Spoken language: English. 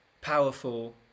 powerful